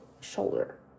shoulder